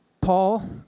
Paul